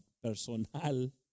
personal